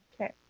okay